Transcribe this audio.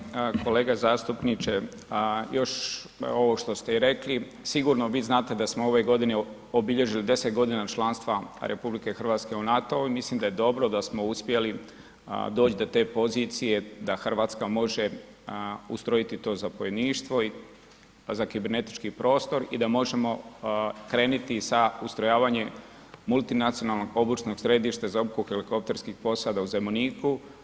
Pa uvaženi kolega zastupniče još ovo što ste i rekli, sigurno vi znate da smo ove godine obilježili 10 godina članstva RH u NATO-u i mislim da je dobro da smo uspjeli doći do te pozicije da Hrvatska može ustrojiti to zapovjedništvo i za kibernetički prostor i da možemo krenuti sa ustrojavanjem multinacionalno obučno središte za obuku helikopterskih posada u Zemuniku.